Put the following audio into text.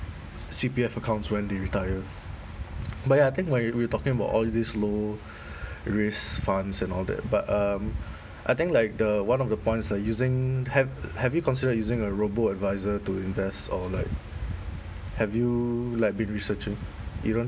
C_P_F accounts when they retire but ya I think when you we're talking about all this low risk funds and all that but um I think like the one of the points are using have have you consider using a robo-advisor to invest or like have you like been researching